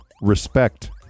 respect